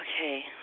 Okay